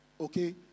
okay